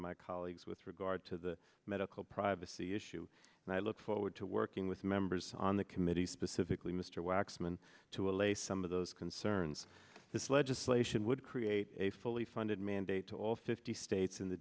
my colleagues with regard to the medical privacy issue and i look forward to working with members on the committee specifically mr waxman to allay some of those concerns this legislation would create a fully funded mandate to all fifty states in the